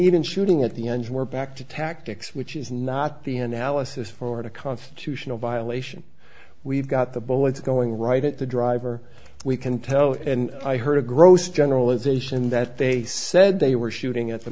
even shooting at the engine we're back to tactics which is not the analysis for a constitutional violation we've got the bullets going right at the driver we can tell and i heard a gross generalization that they said they were shooting at the